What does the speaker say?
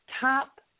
top